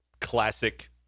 classic